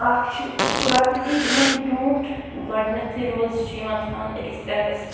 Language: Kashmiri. اَکھ چھٕ لۄکٕٹ عیٖد ییٚمہِ برٛونٹھ گۄڈٕنٮ۪تھ روزٕ چھِ یِوان أکِس رٮ۪تس